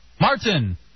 Martin